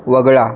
वगळा